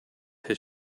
his